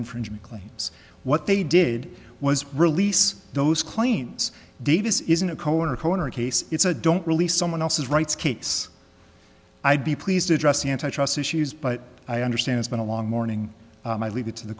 infringement claims what they did was release those claims davis isn't a koan or corner case it's a don't release someone else's rights case i'd be pleased to address antitrust issues but i understand it's been a long morning i leave it to the